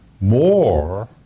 More